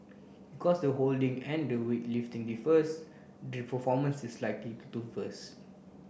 because the holding and the weighting differs the performance is likely to differs